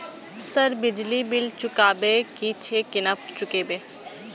Sir बिजली bill चुकाबे की छे केना चुकेबे?